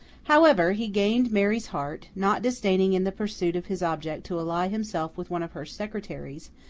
however, he gained mary's heart, not disdaining in the pursuit of his object to ally himself with one of her secretaries,